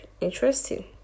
Interesting